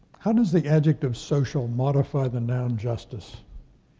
how does the adjective social modify the noun justice?